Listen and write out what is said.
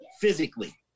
physically